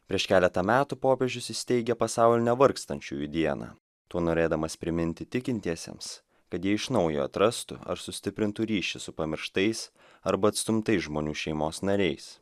prieš keletą metų popiežius įsteigė pasaulinę vargstančiųjų dieną tuo norėdamas priminti tikintiesiems kad jie iš naujo atrastų ar sustiprintų ryšį su pamirštais arba atstumtais žmonių šeimos nariais